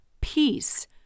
peace